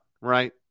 right